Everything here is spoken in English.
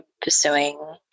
pursuing